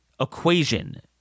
equation